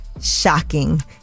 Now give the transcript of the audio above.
shocking